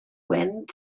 wind